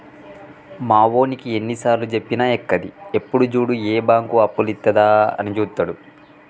మావోనికి ఎన్నిసార్లుజెప్పినా ఎక్కది, ఎప్పుడు జూడు ఏ బాంకు అప్పులిత్తదా అని జూత్తడు